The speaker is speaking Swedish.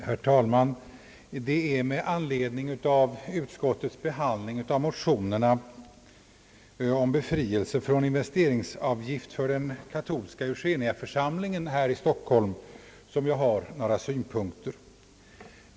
Herr talman! Det är med anledning av utskottets behandling av motionerna om befrielse från investeringsavgift för den katolska Eugeniaförsamlingen här i Stockholm, som jag vill framföra några synpunkter.